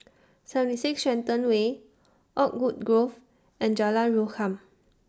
seventy six Shenton Way Oakwood Grove and Jalan Rukam